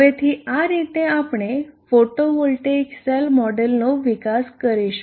હવેથી આ રીતે આપણે ફોટોવોલ્ટેઇક સેલ મોડેલનો વિકાસ કરીશું